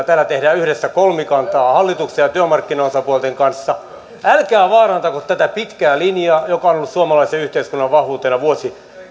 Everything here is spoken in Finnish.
täällä tehdään yhdessä kolmikantaa hallituksen ja työmarkkinaosapuolten kanssa älkää vaarantako tätä pitkää linjaa joka on ollut suomalaisen yhteiskunnan vahvuutena